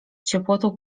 ciepłotą